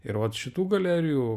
ir vat šitų galerijų